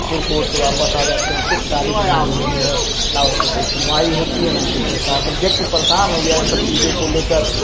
फिर कोर्ट से वापस आ जाते हैं फिर तारीख लग रही है जो है ना उस पर कोई सुनवाई होती है न कुछ होता है तब देख के परेशान हो गया है इन सब चीजों को लेकर